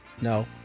no